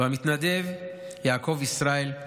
והמתנדב יעקב ישראל,